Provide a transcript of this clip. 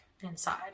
inside